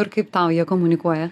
ir kaip tau jie komunikuoja